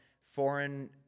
foreign